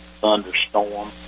thunderstorm